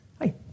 Hi